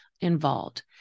involved